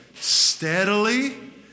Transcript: steadily